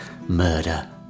Murder